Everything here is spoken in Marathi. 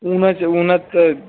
ऊन्हाच्या ऊन्हात